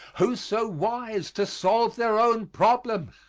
who so wise to solve their own problems?